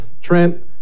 Trent